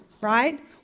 right